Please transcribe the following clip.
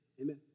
Amen